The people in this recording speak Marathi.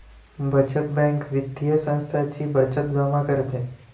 बचत बँक वित्तीय संस्था जी बचत जमा करते